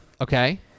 okay